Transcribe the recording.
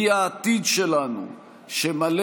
היא העתיד שלנו, שמלא